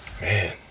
Man